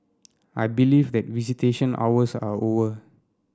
I believe that visitation hours are over